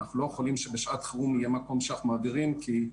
אנחנו לא יכולים שבשעת חירום נצטרך להעביר את המקום,